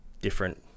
different